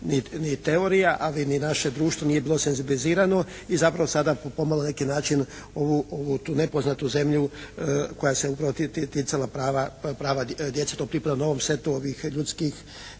teorija ali ni naše društvo nije bilo senzibilizirano. I zapravo sada pomalo na neki način tu nepoznatu zemlju koja se upravo ticala prava djece to pripada novom setu ovih ljudskih